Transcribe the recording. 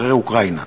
אחרי אוקראינה,